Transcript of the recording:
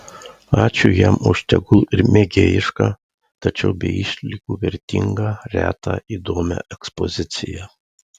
ačiū jam už tegul ir mėgėjišką tačiau be išlygų vertingą retą įdomią ekspoziciją